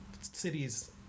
cities